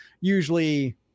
usually